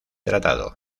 tratado